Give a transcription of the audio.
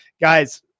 Guys